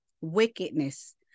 wickedness